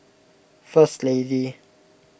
First Lady